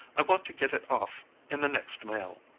i want to get it off in the next mail.